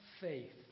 faith